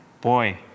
boy